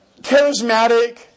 charismatic